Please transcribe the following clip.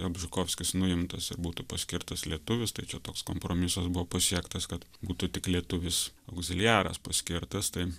jabžykovskis nuimtas ir būtų paskirtas lietuvis tai čia toks kompromisas buvo pasiektas kad būtų tik lietuvis augziliaras paskirtas tai